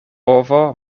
ovo